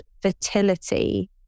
fertility